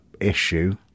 issue